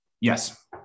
yes